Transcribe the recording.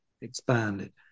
expanded